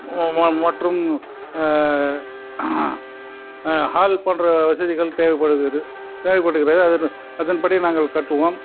மற்றும் ஹால் போன்ற வசதிகள் தேவைப்படுகிறது தேவைப்படுகிறது அதன் அதன் படி நாங்கள் கட்டுவோம்